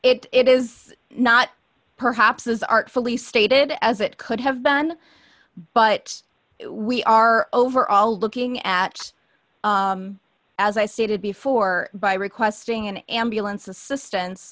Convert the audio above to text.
that it is not perhaps as artfully stated as it could have been but we are overall looking at as i stated before by requesting an ambulance assistance